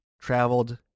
traveled